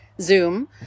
Zoom